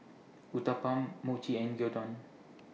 Uthapam Mochi and Gyudon